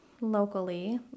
locally